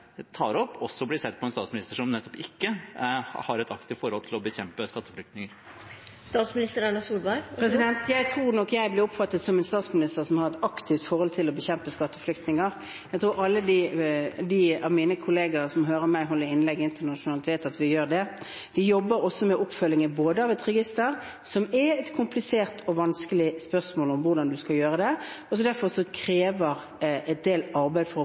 tar opp, også blir sett på som en statsminister som nettopp ikke har et aktivt forhold til å bekjempe skatteflyktninger? Jeg tror nok jeg blir oppfattet som en statsminister som har et aktivt forhold til å bekjempe skatteflyktninger. Jeg tror alle de av mine kollegaer som hører meg holde innlegg internasjonalt, vet at vi gjør det. Vi jobber også med oppfølginger av et register – det er et komplisert og vanskelig spørsmål hvordan man skal gjøre det, og derfor krever det en del arbeid å